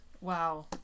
Wow